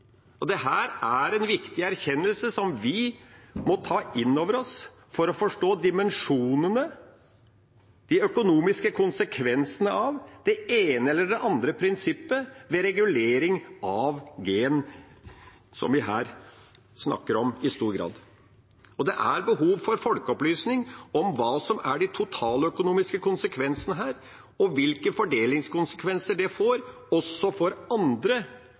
er en viktig erkjennelse som vi må ta inn over oss for å forstå dimensjonene, de økonomiske konsekvensene, av det ene eller det andre prinsippet ved regulering av G-en, som vi her snakker om i stor grad. Det er behov for folkeopplysning om hva som er de totaløkonomiske konsekvensene her, og hvilke fordelingskonsekvenser det får, også for andre